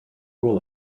rule